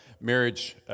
marriage